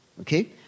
Okay